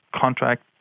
contract